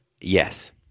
Yes